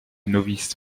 novice